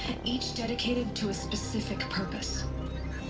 and each dedicated to a specific purpose